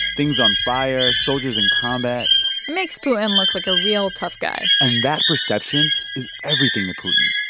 things on fire, soldiers in combat makes putin look like a real tough guy and that perception is everything to putin.